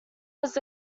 was